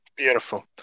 Beautiful